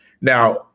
Now